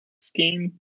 scheme